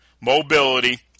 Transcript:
mobility